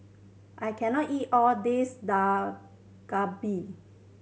I can not eat all this Dak Galbi